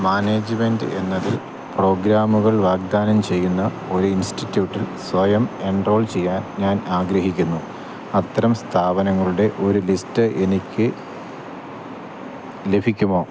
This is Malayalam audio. മാനേജ്മെൻറ്റ് എന്നതിൽ പ്രോഗ്രാമുകൾ വാഗ്ദാനം ചെയ്യുന്ന ഒരു ഇൻസ്റ്റിറ്റ്യൂട്ടിൽ സ്വയം എൻറോൾ ചെയ്യാൻ ഞാൻ ആഗ്രഹിക്കുന്നു അത്തരം സ്ഥാപനങ്ങളുടെ ഒരു ലിസ്റ്റ് എനിക്ക് ലഭിക്കുമോ